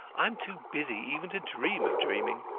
i am too busy even to dream of dreaming.